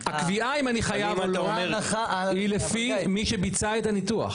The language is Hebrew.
הקביעה אם אני חייב או לא היא לפי מי שביצע את הניתוח.